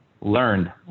learned